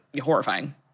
horrifying